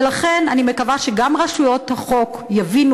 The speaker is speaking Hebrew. ולכן אני מקווה שגם רשויות החוק יבינו